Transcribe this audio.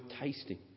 tasting